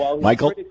Michael